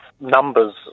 numbers